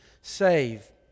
save